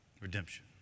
Redemption